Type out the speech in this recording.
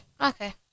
Okay